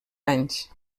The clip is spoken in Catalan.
anys